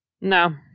No